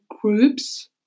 groups